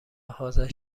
حاضر